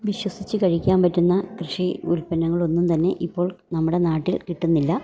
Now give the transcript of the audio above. വിശ്വസിച്ച് കഴിക്കാൻ പറ്റുന്ന കൃഷി ഉൽപ്പന്നങ്ങളൊന്നും തന്നെ ഇപ്പോൾ നമ്മുടെ നാട്ടിൽ കിട്ടുന്നില്ല